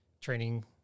training